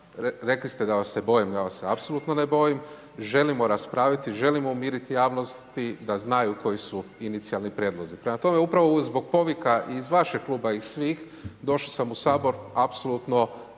rekli ste da vas se bojim, ja vas se apsolutno ne bojim, želimo raspraviti, želimo umiriti javnost da znaju koji su inicijalni prijedlozi. Prema tome upravo zbog povika iz vašeg kluba i svih došao sam u Sabor apsolutno